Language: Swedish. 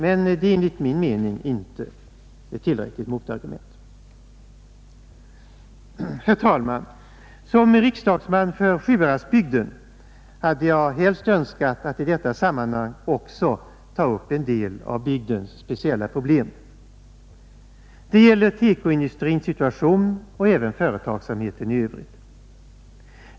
Men det är enligt min mening inte ett tillräckligt motargument. Herr talman! Som riksdagsman för Sjuhäradsbygden hade jag helst önskat att här kunna ta upp en del av bygdens speciella problem. Det gäller TEKO-industrins situation och även företagsamheten i övrigt.